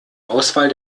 auswahl